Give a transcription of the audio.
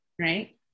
right